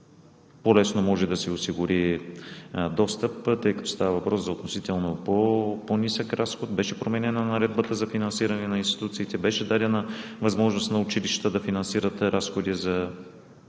по-лесно може да се осигури достъп, тъй като става въпрос за относително по-нисък разход. Беше променена Наредбата за финансиране на институциите, беше дадена възможност на училищата да финансират разходи за интернет